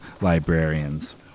librarians